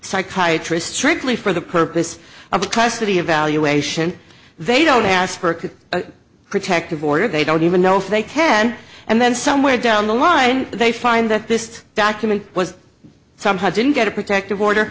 psychiatry strictly for the purpose of a custody evaluation they don't ask for a protective order they don't even know if they can and then somewhere down the line they find that this document was somehow didn't get a protective order